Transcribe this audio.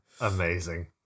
Amazing